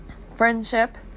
Friendship